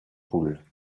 poules